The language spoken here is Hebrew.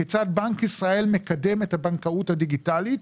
כיצד בנק ישראל מקדם את הבנקאות הדיגיטלית,